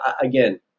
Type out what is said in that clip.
again